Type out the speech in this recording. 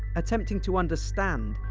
attempting to understand,